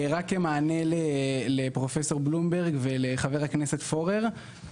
במענה לפרופסור בלומברג ולחבר הכנסת פורר,